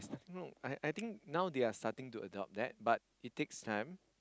no I I think now they are starting to adopt that but it takes time